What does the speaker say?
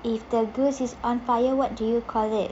if the goose is on fire what do you call it